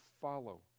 follow